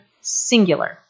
singular